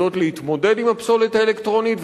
יודעות להתמודד עם הפסולת האלקטרונית,